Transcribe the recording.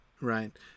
right